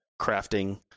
crafting